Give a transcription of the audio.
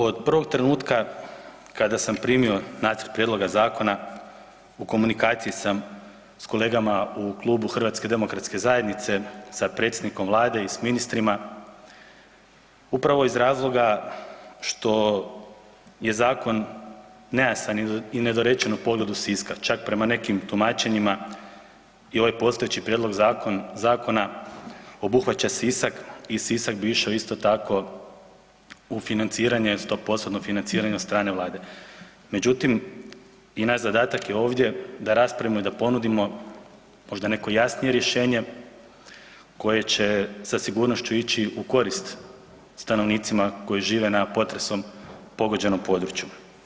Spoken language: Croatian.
Od prvog trenutka kada sam primio nacrt prijedloga zakona, u komunikaciji sam s kolegama u klubu HDZ-a sa predsjednikom Vlade i s ministrima upravo iz razloga što je zakon nejasan i nedorečen u pogledu Siska, čak prema nekim tumačenjima i ovaj postojeći prijedlog zakona obuhvaća Sisak i Sisak bi išao isto tako u financiranje, 100%-tno financiranje od strane Vlade međutim i naš zadatak je ovdje da raspravimo i na ponudimo možda neko jasnije rješenje koje će sa sigurnošću ići u korist stanovnicima koji žive na potresom pogođenom području.